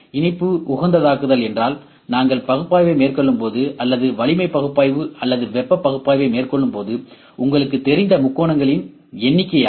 இணைப்பு உகந்ததாக்குதல் என்றால் நாங்கள் பகுப்பாய்வை மேற்கொள்ளும்போது அல்லது வலிமை பகுப்பாய்வு அல்லது வெப்ப பகுப்பாய்வை மேற்கொள்ளும்போது உங்களுக்குத் தெரிந்த முக்கோணங்களின் எண்ணிக்கை ஆகும்